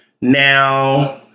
Now